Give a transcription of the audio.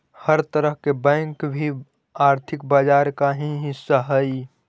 हर तरह के बैंक भी आर्थिक बाजार का ही हिस्सा हइ